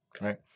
right